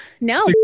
No